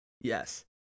Yes